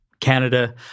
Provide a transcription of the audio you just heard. Canada